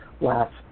last